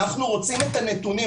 אנחנו רוצים את הנתונים.